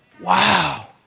Wow